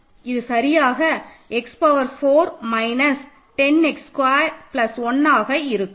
இது சரியாக x power 4 minus 10 x square plus 1 ஆக இருக்கும்